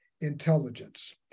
intelligence